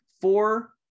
four